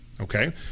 Okay